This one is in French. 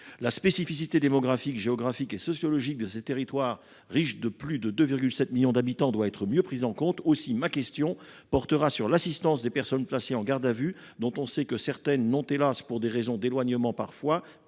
La spécificité démographique, géographique et sociologique de ces territoires riches de plus de 2,7 millions d'habitants doit être mieux prise en compte. Aussi ma question portera-t-elle sur l'assistance des personnes placées en garde à vue, dont on sait que certaines n'ont parfois, pour des raisons d'éloignement,